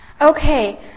Okay